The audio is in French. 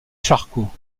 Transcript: charcot